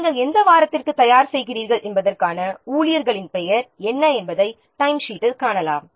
நாம் எந்த வாரத்திற்கு தயார் செய்கிறீர்கள் என்பதற்கான ஊழியர்களின் பெயர் என்ன என்பதை டைம்ஷீட்டில் காணலாம்